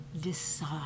decide